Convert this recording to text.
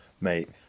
mate